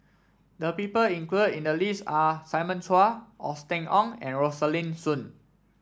the people included in the list are Simon Chua Austen Ong and Rosaline Soon